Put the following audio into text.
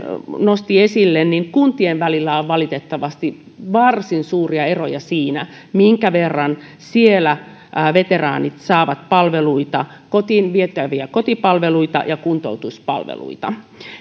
nosti esille niin kuntien välillä on valitettavasti varsin suuria eroja siinä minkä verran siellä veteraanit saavat palveluita kotiin vietäviä kotipalveluita ja kuntoutuspalveluita